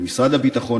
למשרד הביטחון,